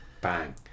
Bang